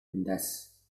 lintas